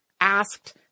asked